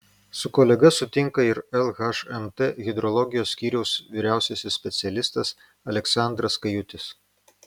su kolega sutinka ir lhmt hidrologijos skyriaus vyriausiasis specialistas aleksandras kajutis